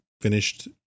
finished